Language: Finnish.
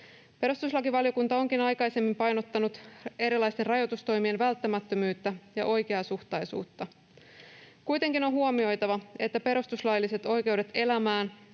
Perustuslakivaliokunta onkin aikaisemmin painottanut erilaisten rajoitustoimien välttämättömyyttä ja oikeasuhtaisuutta. Kuitenkin on huomioitava, että perustuslailliset oikeudet elämään